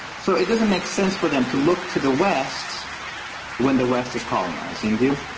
so it doesn't make sense for them to look to the west when the west is colonizing you.